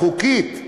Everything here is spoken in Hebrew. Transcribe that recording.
חוקית,